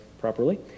properly